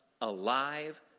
alive